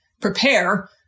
prepare